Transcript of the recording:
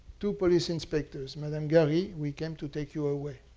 two police inspectors, madame garih, we came to take you away.